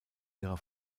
ihrer